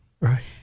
Right